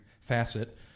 facet